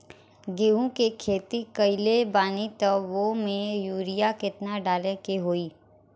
गेहूं के खेती कइले बानी त वो में युरिया केतना डाले के होई?